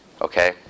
Okay